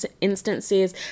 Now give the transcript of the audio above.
instances